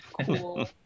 Cool